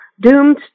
doomed